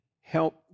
help